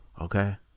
okay